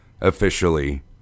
officially